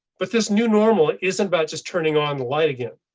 but this new normal isn't about just turning on the light again.